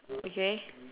okay